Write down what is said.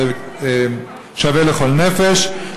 זה שווה לכל נפש,